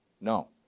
No